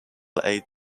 eight